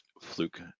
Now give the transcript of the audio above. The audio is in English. fluke